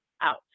out